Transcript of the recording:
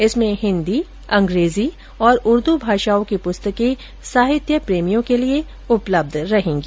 इसमें हिंदी अंग्रेजी उर्द् भाषाओं की पुस्तकें साहित्य प्रेमियों के लिए उपलब्ध रहेगी